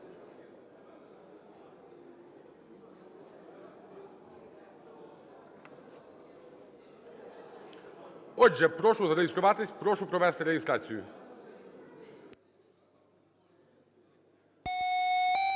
Отже, прошу зареєструватись, прошу провести реєстрацію.